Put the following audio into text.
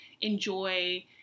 enjoy